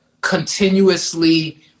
continuously